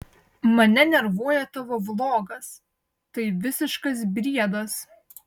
mane nervuoja tavo vlogas tai visiškas briedas